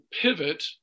pivot